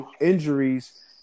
injuries